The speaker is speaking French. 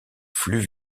flux